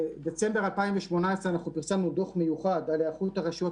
בדצמבר 2018 פרסמנו דוח מיוחד על היערכות הרשויות